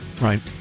Right